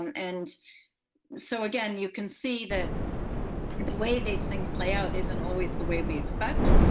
and so, again, you can see that the way these things play out isn't always the way we expect.